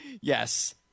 Yes